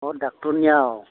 अह डाक्टरनियाव